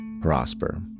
prosper